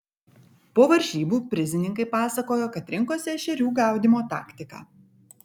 po varžybų prizininkai pasakojo kad rinkosi ešerių gaudymo taktiką